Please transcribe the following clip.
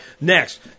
Next